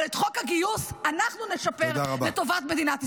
אבל את חוק הגיוס אנחנו נשפר לטובת מדינת ישראל.